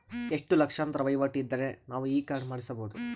ಎಷ್ಟು ಲಕ್ಷಾಂತರ ವಹಿವಾಟು ಇದ್ದರೆ ನಾವು ಈ ಕಾರ್ಡ್ ಮಾಡಿಸಬಹುದು?